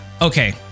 okay